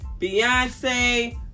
Beyonce